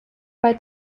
bei